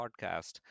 podcast